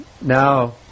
Now